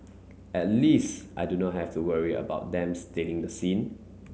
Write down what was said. at least I do not have to worry about them stealing the scene